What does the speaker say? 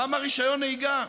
למה רישיון נהיגה?